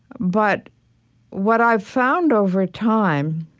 but what i've found over time